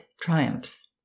triumphs